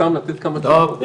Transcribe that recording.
סתם לתת כמה תשובות.